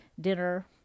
dinner